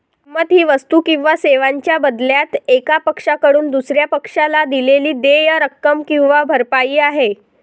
किंमत ही वस्तू किंवा सेवांच्या बदल्यात एका पक्षाकडून दुसर्या पक्षाला दिलेली देय रक्कम किंवा भरपाई आहे